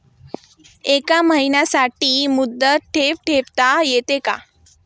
एका महिन्यासाठी मुदत ठेव ठेवता येते का?